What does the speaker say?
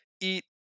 Eat